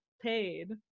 paid